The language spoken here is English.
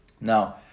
Now